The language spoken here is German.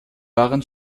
waren